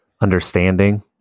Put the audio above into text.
understanding